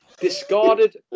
discarded